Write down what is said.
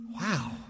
wow